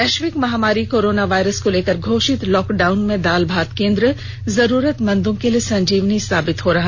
वैश्विक महामारी corona virus को लेकर घोषित लॉक डाउन में दाल भात केन्द्र जरूरतमंदों के लिए संजीवनी साबित हो रहा